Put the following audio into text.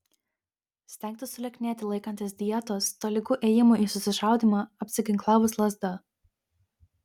stengtis sulieknėti laikantis dietos tolygu ėjimui į susišaudymą apsiginklavus lazda